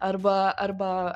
arba arba